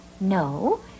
No